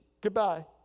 Goodbye